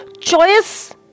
choice